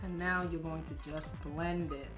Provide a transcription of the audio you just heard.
and now you're going to just blend